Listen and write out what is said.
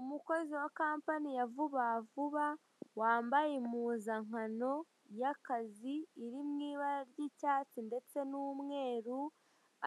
Umukozi wa kampani ya Vuba vuba wambaye impuzankano y'akazi, iri mu ibara ry'icyatsi ndetse n'umweru